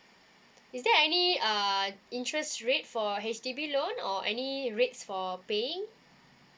is there any uh interest rate for H_D_B loan or any rates for paying